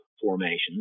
formations